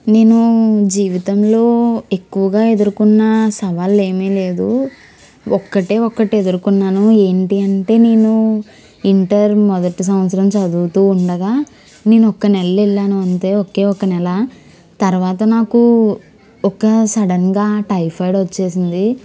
నేను జీవితంలో ఎక్కువగా ఎదుర్కొన్న సవాళ్ళు ఏమి లేదు ఒక్కటే ఒక్కటి ఎదుర్కొన్నాను ఏంటి అంటే నేను ఇంటర్ మొదటి సంవత్సరం చదువుతూ ఉండగా నేను ఒక నెల వెళ్ళాను అంతే ఒకే ఒక నెల తరువాత నాకు ఒక సడన్గా టైఫాయిడ్ వచ్చేసింది